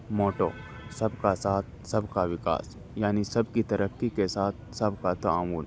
motto سب کا ساتھ سب کا وکاس یعنی سب کی ترقی کے ساتھ سب کا تامول